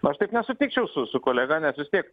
nu aš taip nesutikčiau su su kolega nes vis tiek